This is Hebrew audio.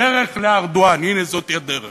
הדרך לארדואן, הנה, זאת היא הדרך